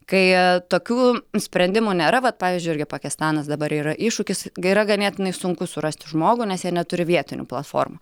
kai tokių sprendimų nėra vat pavyzdžiui irgi pakistanas dabar yra iššūkis gi yra ganėtinai sunku surasti žmogų nes jie neturi vietinių platformų